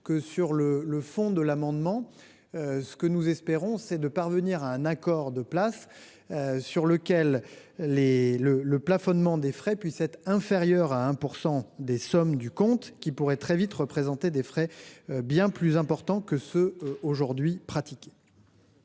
que sur le le fond de l'amendement. Ce que nous espérons c'est de parvenir à un accord de place. Sur lequel les le le plafonnement des frais puisse être inférieure à 1% des sommes du compte qui pourrait très vite représenter des frais bien plus importants que ceux aujourd'hui pratiqués.